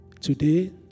Today